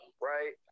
right